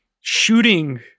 shooting